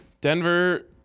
denver